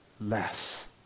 less